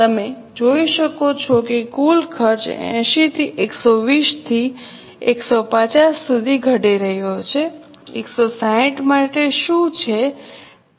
તમે જોઈ શકો છો કે કુલ ખર્ચ 80 થી 120 થી 150 સુધી ઘટી રહ્યો છે 160 માટે શું તે વધુ ઘટશે